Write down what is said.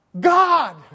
God